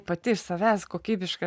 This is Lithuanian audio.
pati iš savęs kokybiška